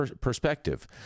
perspective